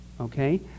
Okay